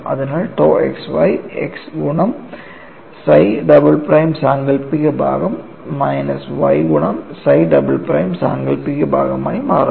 അതിനാൽtau xy x ഗുണം psi double prime സാങ്കല്പിക ഭാഗം മൈനസ് y ഗുണം psi ഡബിൾ പ്രൈം സാങ്കൽപ്പിക ഭാഗമായി മാറുന്നു